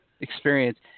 experience